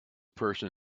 person